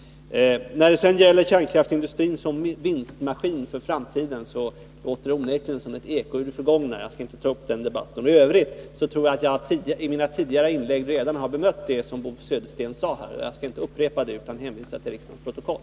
Bo Söderstens tal om kärnkraftsindustrin som vinstmaskin för framtiden låter onekligen som ett eko ur det förgångna, och jag skall inte ta upp den debatten. Jag tror att jag i mina tidigare inlägg redan har bemött det som Bo Södersten i övrigt sade. Jag skall inte upprepa detta, utan hänvisar till riksdagens protokoll.